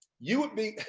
you would think